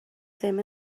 ddim